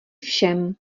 všem